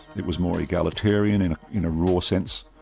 it was more egalitarian in in a raw sense,